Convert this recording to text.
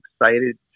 excited